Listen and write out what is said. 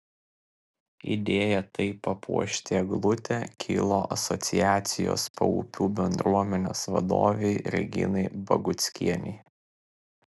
idėja taip papuošti eglutę kilo asociacijos paupių bendruomenės vadovei reginai baguckienei